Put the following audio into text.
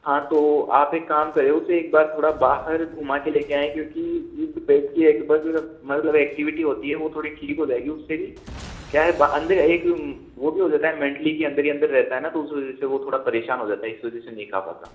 हाँ तो आप एक काम करें उसे एक बार थोड़ा बाहर घूमा के लेके आएं क्योंकि मतलब ऐक्टिविटी होती है वो थोड़ी ठीक हो जाएगी उससे भी क्या है अंदर एक वो भी हो जाता है मेंटली के अंदर ही अंदर रहता है ना तो उस वजह से वो थोड़ा परेशान हो जाता है इस वजह से नही खा पाता